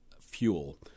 fuel